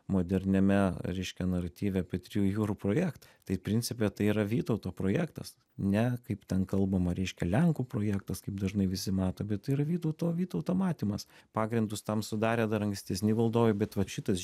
moderniame reiškia naratyve apie trijų jūrų projektą tai principe tai yra vytauto projektas ne kaip ten kalbama reiškia lenkų projektas kaip dažnai visi mato bet tai yra vytauto vytauto matymas pagrindus tam sudarė dar ankstesni valdovai bet vat šitas